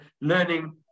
learning